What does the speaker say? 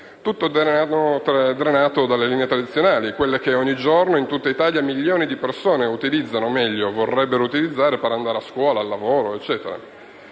Tutto denaro drenato alle linee tradizionali, quelle che ogni giorno, in tutta Italia, milioni di persone utilizzano - o meglio, vorrebbero utilizzare - per andare a scuola e al lavoro. Questo